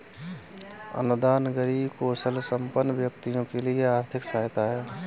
अनुदान गरीब कौशलसंपन्न व्यक्तियों के लिए आर्थिक सहायता है